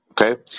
okay